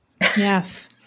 Yes